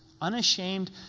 Unashamed